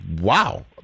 Wow